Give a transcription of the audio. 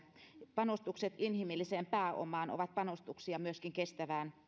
panostukset inhimilliseen pääomaan ovat panostuksia myöskin kestävään